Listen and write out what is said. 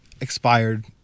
expired